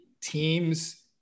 teams